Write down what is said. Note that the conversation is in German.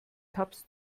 tabs